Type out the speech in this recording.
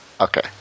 Okay